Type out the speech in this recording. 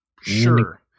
Sure